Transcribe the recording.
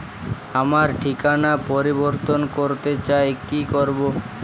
আমার ঠিকানা পরিবর্তন করতে চাই কী করব?